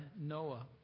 Noah